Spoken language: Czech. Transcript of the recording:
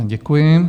Děkuji.